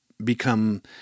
become